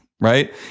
right